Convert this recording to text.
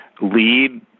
lead